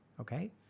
okay